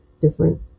different